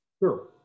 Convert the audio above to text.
Sure